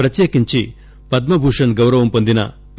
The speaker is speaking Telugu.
ప్రత్యేకించి పద్మ భూషన్ గౌరవం పొందిన పి